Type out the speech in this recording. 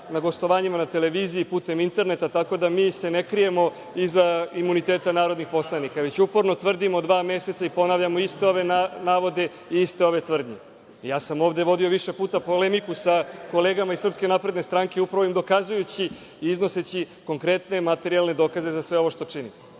na gostovanjima na televiziji, putem interneta, tako da se mi ne krijemo iza imuniteta narodnih poslanika, već uporno tvrdimo dva meseca i ponavljamo iste ove navode i iste ove tvrdnje. Ovde sam vodio više puta polemiku sa kolegama iz SNS, upravo im dokazujući i iznoseći konkretne materijalne dokaze za sve ovo što čine.